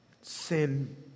Sin